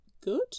good